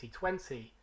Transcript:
2020